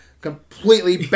completely